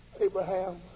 Abraham